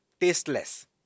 tasteless